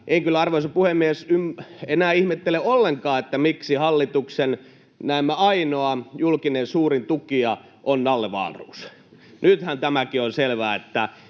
En kyllä, arvoisa puhemies, enää ihmettele ollenkaan, miksi hallituksen näemmä ainoa julkinen suurin tukija on Nalle Wahlroos. Nythän tämäkin on selvää, niin